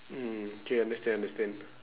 mm K understand understand